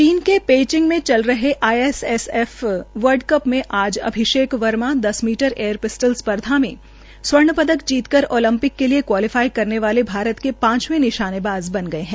चीन के पेईचिंग में चल रहे आईएसएसएफ वल्ड कप में आज अभिषेक वर्मा दस मीटर एयर पिस्टल स्पर्धा में स्वर्ण पदक जीतकर ओलंपिक के लिए क्वालिटी करने वाले भारत के पांचवें निशानेबाज बन गए हैं